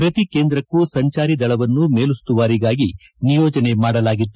ಪ್ರತಿ ಕೇಂದ್ರಕ್ಕೂ ಸಂಜಾರಿ ದಳವನ್ನು ಮೇಲುಸ್ತುವಾರಿಗಾಗಿ ನಿಯೋಜನೆ ಮಾಡಲಾಗಿತ್ತು